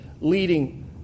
leading